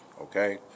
Okay